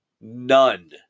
None